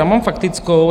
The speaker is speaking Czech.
Já mám faktickou.